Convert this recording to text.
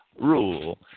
rule